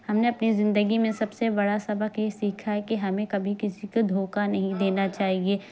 ہم نے اپنی زندگی میں سب سے بڑا سبق یہ سیکھا ہے کہ ہمیں کبھی کسی کو دھوکہ نہیں دینا چاہیے